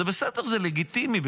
זה בסדר, זה לגיטימי.